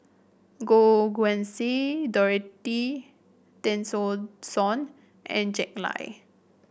Goh Guan Siew Dorothy Tessensohn and Jack Lai